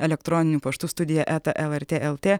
elektroniniu paštu studija eta lrt eltė